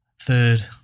third